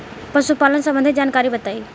पशुपालन सबंधी जानकारी बताई?